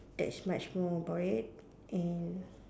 that's much more about it and